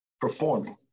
performing